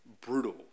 brutal